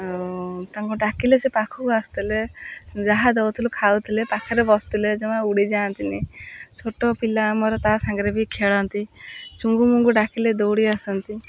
ଆଉ ତାଙ୍କ ଡାକିଲେ ସେ ପାଖକୁ ଆସିଥିଲେ ଯାହା ଦଉଥିଲୁ ଖାଉଥିଲେ ପାଖରେ ବସିଥିଲେ ଜମା ଉଡ଼ି ଯାଆନ୍ତିନି ଛୋଟ ପିଲା ଆମର ତା ସାଙ୍ଗରେ ବି ଖେଳନ୍ତି ଚୁଙ୍ଗୁ ମୁଙ୍ଗୁ ଡାକିଲେ ଦୌଡ଼ି ଆସନ୍ତି